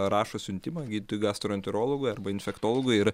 rašo siuntimą gydytojui gastroenterologui arba infektologui ir